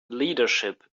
leadership